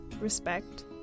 respect